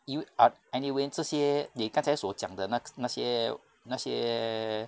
you are anyway 这些你刚才所讲的那那些那些